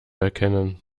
erkennen